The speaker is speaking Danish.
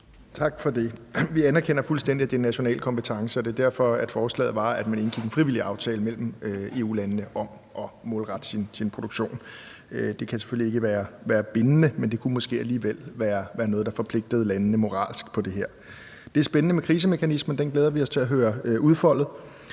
Tak for det. Vi anerkender fuldstændig, at det er national kompetence, og det er derfor, forslaget var, at man indgik en frivillig aftale mellem EU-landene om at målrette sin produktion. Det kan selvfølgelig ikke være bindende, men det kunne måske alligevel være noget, der forpligtede landene moralsk på det her. Det er spændende med krisemekanismen. Den glæder vi os til at høre udfoldet.